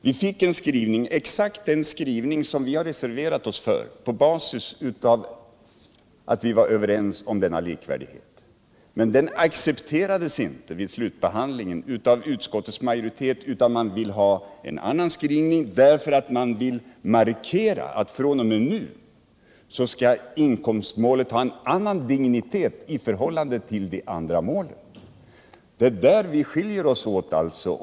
Vi fick en skrivning — exakt den skrivning vi har reserverat oss för på basis av att vi var överens om denna likvärdighet. Men den accepterades inte av utskottets majoritet vid slutbehandlingen, utan man ville ha en annan skrivning för att mar 41 kera att fr.o.m. nu skall inkomstmålet ha en annan dignitet i förhållande till de andra målen. Det är där vi skiljer oss.